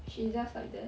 she's just like that